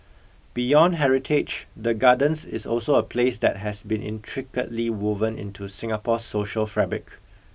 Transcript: beyond heritage the Gardens is also a place that has been intricately woven into Singapore's social fabric